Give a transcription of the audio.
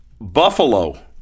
Buffalo